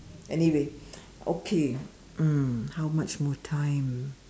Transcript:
anyway okay um how much more time